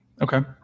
Okay